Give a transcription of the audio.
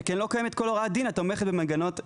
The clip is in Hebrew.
שכן לא קיימת כל הוראת דין התומכת במנגנון המוצע.